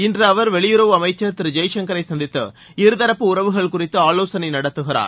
இன்று அவர் வெளியுறவு அமைச்சர் திரு ஜெய்சங்கரை சந்தித்து இருதரப்பு உறவுகள் குறித்து ஆலோசனை நடத்துகிறார்